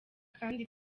kandi